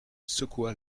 secoua